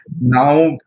Now